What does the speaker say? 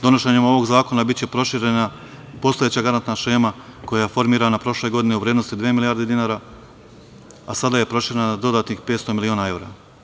Donošenjem ovog zakona biće proširena postojeća garantna šema koja je formirana prošle godine u vrednosti od dve milijarde dinara, a sada je proširena na dodatnih 500 miliona evra.